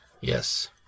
Yes